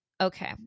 okay